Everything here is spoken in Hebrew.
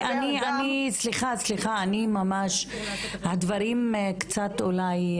סליחה, הדברים אולי קצת,